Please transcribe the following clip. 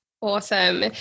Awesome